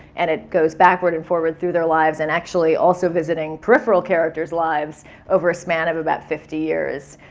and it goes backward and forward through their lives and actually also visiting peripheral character's lives over a span of about fifty years.